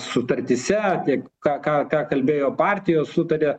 sutartyse tiek ką ką kalbėjo partijos sutaria